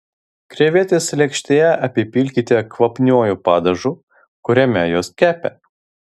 krevetes lėkštėje apipilkite kvapniuoju padažu kuriame jos kepė